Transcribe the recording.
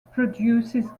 produces